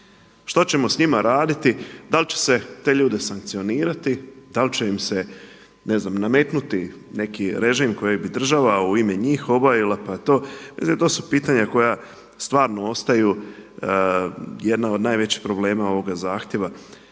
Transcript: što ćemo s njima raditi. Da li će se te ljude sankcionirati, da li će im se ne znam nametnuti neki režim koji bi država u ime njih obavila pa to? Mislim, to su pitanja koja stvarno ostaju jedna od najvećih problema ovoga zahtjeva